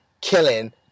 killing